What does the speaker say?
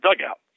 dugout